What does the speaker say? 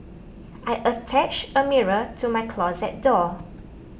I attached a mirror to my closet door